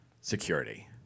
security